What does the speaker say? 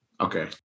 Okay